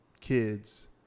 kids